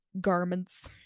garments